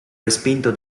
respinto